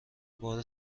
بار